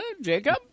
Jacob